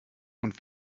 und